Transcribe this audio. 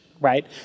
right